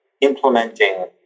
implementing